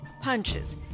punches